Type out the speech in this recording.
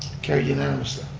carried unanimously.